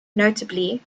notably